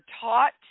taught